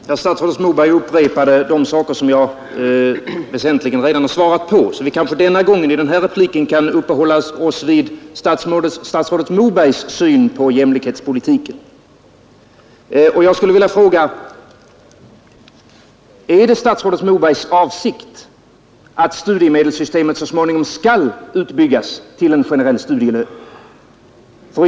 Fru talman! Statsrådet Moberg upprepade det som jag till väsentlig del redan har svarat på, så vi kanske i den här repliken kan uppehålla oss vid statsrådet Mobergs syn på jämlikhetspolitiken. Jag skulle vilja fråga: Är det statsrådet Mobergs avsikt att studiemedelssystemet så småningom skall utbyggas till en generell studielön?